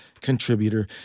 contributor